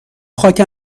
خاک